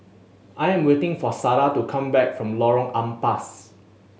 I am waiting for Sada to come back from Lorong Ampas